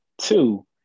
two